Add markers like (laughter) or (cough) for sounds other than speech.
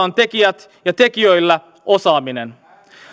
(unintelligible) on tekijät ja tekijöillä osaaminen